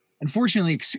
unfortunately